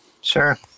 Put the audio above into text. Sure